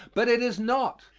but it is not.